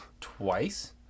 twice